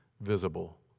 visible